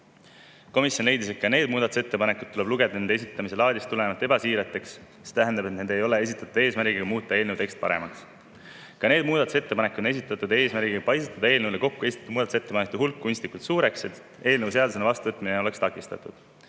Komisjon leidis, et ka need muudatusettepanekud tuleb nende esitamise laadist tulenevalt lugeda ebasiiraks, see tähendab, et need ei ole esitatud eesmärgiga muuta eelnõu teksti paremaks. Ka need muudatusettepanekud on esitatud eesmärgiga paisutada eelnõu kohta kokku esitatud muudatusettepanekute hulk kunstlikult suureks, et eelnõu seadusena vastuvõtmine oleks takistatud,